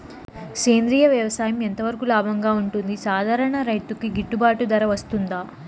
సేంద్రియ వ్యవసాయం ఎంత వరకు లాభంగా ఉంటుంది, సాధారణ రైతుకు గిట్టుబాటు ధర వస్తుందా?